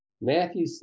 Matthew